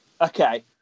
Okay